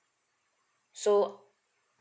so